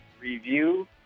review